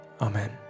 Amen